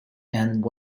and